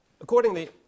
Accordingly